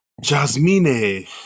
jasmine